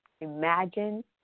imagine